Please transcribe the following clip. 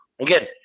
again